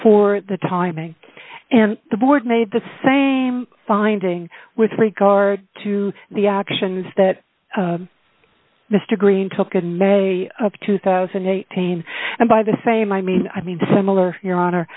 for the timing and the board made the same finding with regard to the actions that mr greene took in may of two thousand and eighteen and by the same i mean i mean similar your honor